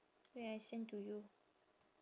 wait I send to you